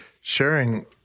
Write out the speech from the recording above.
sharing